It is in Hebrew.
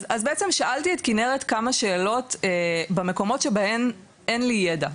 אז בעצם שאלתי את כנרת כמה שאלות במקומות שבהם אין לי ידע.